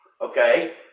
Okay